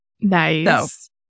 Nice